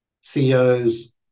CEOs